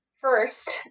First